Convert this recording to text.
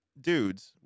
dudes